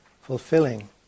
fulfilling